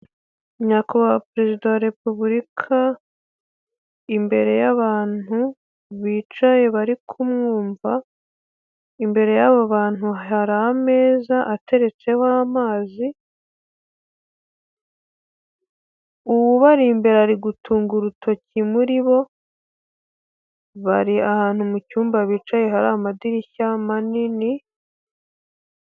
Nyakubahwa perezida wa repubulika imbere y 'abantu bicaye bari kumwumva ,imbere y'abo bantu hari ameza ateretseho amazi ,ubari imbere arigutunga urutoki muri bo bari ahantu mu cyumba bicaye hari amadirishya manini.